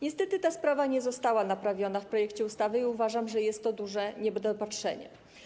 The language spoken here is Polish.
Niestety ta sprawa nie została naprawiona w projekcie ustawy i uważam, że jest to duże niedopatrzenie.